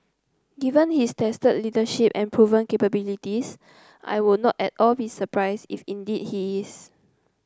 given his tested leadership and proven capabilities I would not at all be surprised if indeed he is